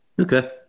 Okay